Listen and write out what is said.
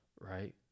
right